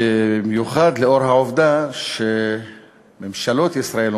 במיוחד לאור העובדה שממשלות ישראל,